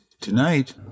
Tonight